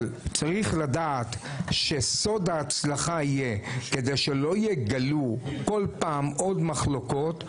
אבל צריך לדעת שסוד ההצלחה יהיה כדי שלא יגלו כל פעם עוד מחלוקות,